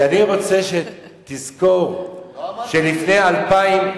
כי אני רוצה שתזכור שלפני אלפיים,